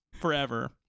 forever